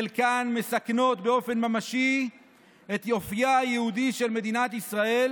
חלקן מסכנות באופן ממשי את אופייה היהודי של מדינת ישראל